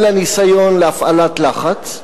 אלא ניסיון להפעלת לחץ,